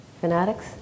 fanatics